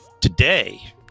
Today